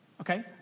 Okay